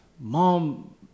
mom